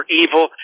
evil